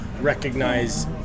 recognize